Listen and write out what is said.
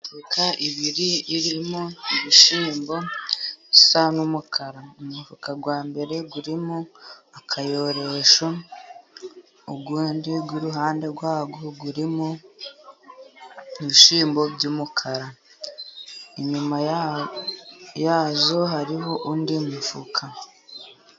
Imifuka ibiri irimo ibishyimbo bisa n'umukara, umufuka wa mbere urimo akayoresho, undi w'iruhande rwawo urimo ibishyimbo by'umukara ,inyuma yayo hariho undi mufuka.